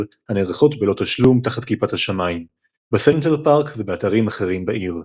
הנערכות בלא תשלום תחת כיפת השמיים בסנטרל פארק ובאתרים אחרים בעיר.